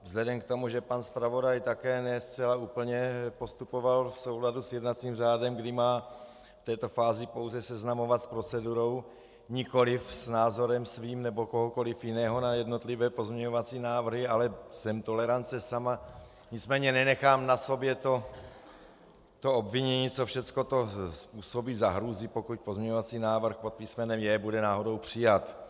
Vzhledem k tomu, že pan zpravodaj také ne zcela úplně postupoval v souladu s jednacím řádem, kdy má v této fázi pouze seznamovat s procedurou, nikoliv s názorem svým nebo kohokoliv jiného na jednotlivé pozměňovací návrhy, ale jsem tolerance sama, nicméně nenechám na sobě to obvinění, co všechno to způsobí za hrůzy, pokud pozměňovací návrh pod písmenem J bude náhodou přijat.